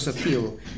appeal